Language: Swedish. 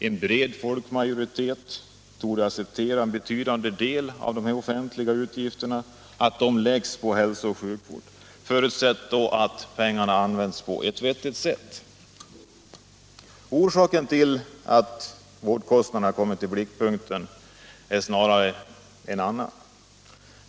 En bred folkmajoritet torde acceptera att en betydande del av de offentliga utgifterna läggs på hälsooch sjukvård, förutsatt att pengarna används på ett vettigt sätt. Orsaken till att vårdkostnaderna kommit i blickpunkten är snarare en annan.